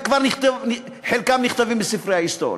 וכבר חלקן נכתבות בספרי ההיסטוריה.